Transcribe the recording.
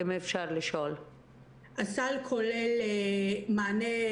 הסל כולל מענה,